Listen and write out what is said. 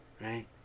right